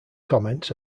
comments